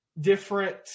different